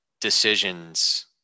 decisions